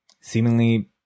Seemingly